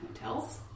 hotels